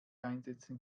einsetzen